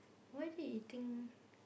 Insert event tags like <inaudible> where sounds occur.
why is he eating <breath>